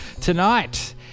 tonight